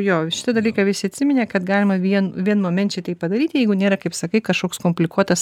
jo šitą dalyką visi atsiminė kad galima vien vienmomenčiai tai padaryti jeigu nėra kaip sakai kažkoks komplikuotas